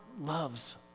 loves